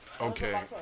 okay